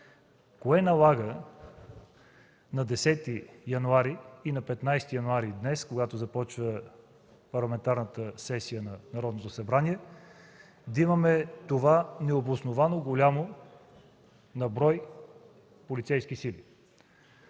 кое налага на 10 и на 15 януари, днес, когато започва парламентарната сесия на Народното събрание, да имаме този необосновано голям брой полицейски сили?